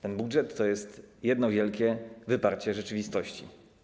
Ten budżet to jest jedno wielkie wyparcie rzeczywistości.